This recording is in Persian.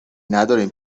ندارین